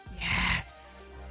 yes